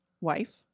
wife